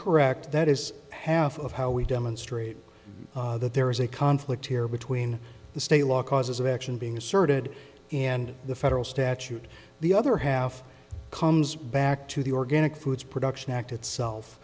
correct that is half of how we demonstrate that there is a conflict here between the state law causes of action being asserted and the federal statute the other half comes back to the organic foods production act itself